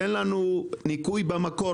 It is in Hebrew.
תן לנו ניכוי במקור,